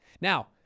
Now